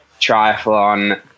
triathlon